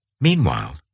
Meanwhile